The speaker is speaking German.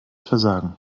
versagen